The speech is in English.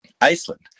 Iceland